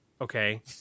okay